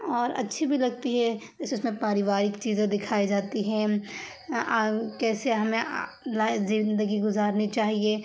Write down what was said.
اور اچھی بھی لگتی ہے جیسے اس میں پاریوارک چیزیں دکھائی جاتی ہیں کیسے ہمیں لائف زندگی گزارنی چاہیے